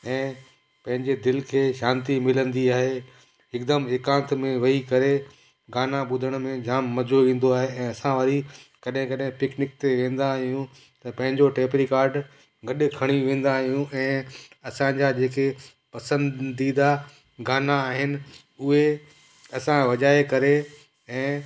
ऐं पंहिजे दिलि खे शांति मिलंदी आहे हिकदमि एकांत में वेई करे गाना ॿुधण में जाम मज़ो ईंदो आहे ऐं असां वरी कॾहिं कॾहिं पिकिनिक ते वेंदा आहियूं त पंहिंजो टेप रेकॉड गॾु खणी वेंदा आहियूं ऐं असांजा जेके पसंदीदा गाना आहिनि उहे असां वॼाए करे ऐं